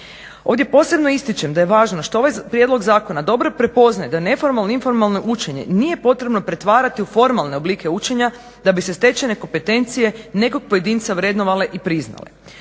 Ovdje posebno ističem da je važno što ovaj prijedlog zakona dobro prepoznaje da neformalno informalno učenje nije potrebno pretvarati u formalne oblike učenja da bi se stečajne kompetencije nekog pojedinca vrednovale i priznale.